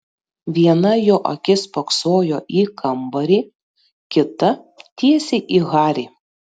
viena jo akis spoksojo į kambarį kita tiesiai į harį